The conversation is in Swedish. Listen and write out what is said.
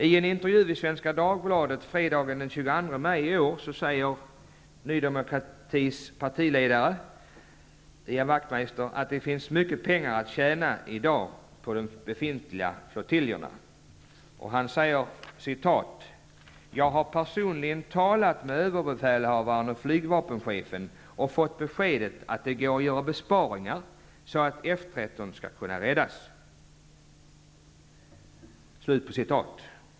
I en intervju i Svenska Dagbladet fredagen den 22 maj i år säger Ny demokratis partiledare Ian Wachtmeister att det i dag finns mycket pengar att tjäna på de befintliga flottiljerna. Han säger också följande: ''Jag har personligen talat med överbefälhavaren och flygvapenchefen och fått beskedet att det går att göra besparingar så att F 13 skall kunna räddas.''